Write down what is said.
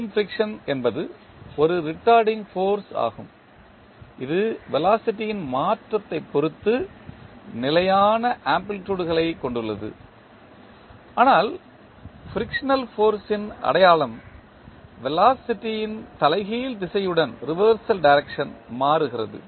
coulomb friction என்பது ஒரு retarding force ஆகும் இது வெலாசிட்டி ன் மாற்றத்தை பொறுத்து நிலையான ஆம்ப்ளிடியூட் களைக் கொண்டுள்ளது ஆனால் ஃபிரிக்சனல் ஃபோர்ஸ் ன் அடையாளம் வெலாசிட்டி ன் தலைகீழ் திசையுடன் மாறுகிறது